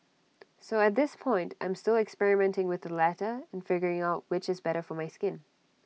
so at this point I'm still experimenting with the latter and figuring out which is better for my skin